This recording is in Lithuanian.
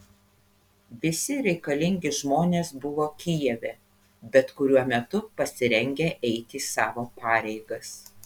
visi reikalingi žmonės buvo kijeve bet kuriuo metu pasirengę eiti savo pareigas